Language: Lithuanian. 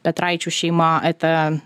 petraičių šeima eta